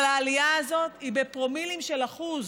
אבל העלייה הזאת היא בפרומילים של אחוז,